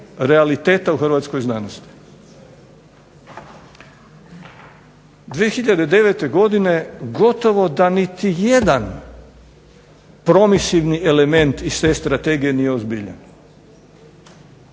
realiteta u hrvatskoj znanosti. 2009. godine gotovo da niti jedan promisivni element iz te strategije nije ozbiljan.